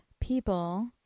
people